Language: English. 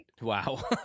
Wow